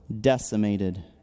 decimated